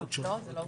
רביזיה.